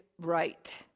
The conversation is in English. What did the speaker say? right